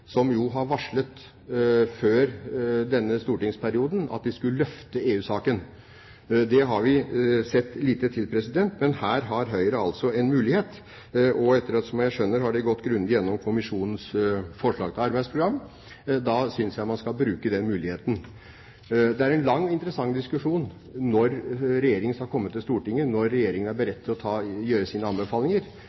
før denne stortingsperioden har varslet at de skulle løfte EU-saken. Det har vi sett lite til. Men her har Høyre altså en mulighet, og ettersom jeg skjønner, har de gått grundig igjennom kommisjonens forslag til arbeidsprogram. Da synes jeg man skal bruke den muligheten. Det er en lang og interessant diskusjon – når Regjeringen skal komme til Stortinget, når Regjeringen er beredt til å gjøre sine anbefalinger.